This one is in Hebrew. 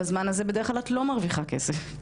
בזמן הזה בדרך כלל את לא מרוויחה כסף.